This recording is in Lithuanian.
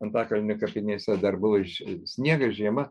antakalnio kapinėse dar buvo ž sniegas žiema